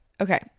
okay